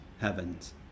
heavens